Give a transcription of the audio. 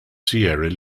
sierra